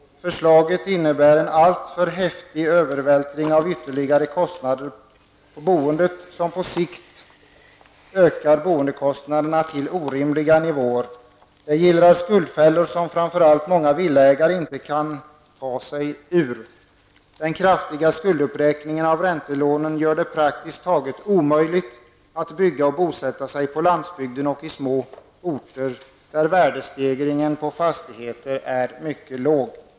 Förslaget innebär en alltför häftig övervältring av ytterligare kostnader på boendet. På sikt ökar boendekostnaderna så mycket att det blir fråga om orimliga nivåer. Detta gör att skuldfällor gillras som framför allt många villaägare inte kan ta sig ur. Den kraftiga skulduppräkningen av räntelånen gör att det blir praktiskt taget omöjligt att bygga och bosätta sig på landsbygden och i små orter där värdestegringen av fastigheter är mycket liten.